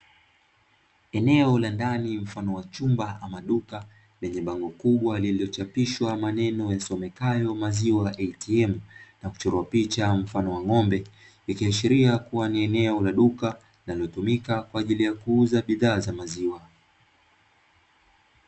Eneo la ndani mfano wa chumba ama duka lenye bango kubwa lililochapishwa maneno yasomekayo maziwa "ATM" na kuchorwa picha mfano wa ng'ombe ikiashiria kuwa ni eneo la duka linalotumika kwa ajili ya kuuza bidhaa za maziwa.